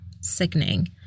sickening